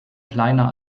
kleiner